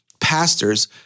pastors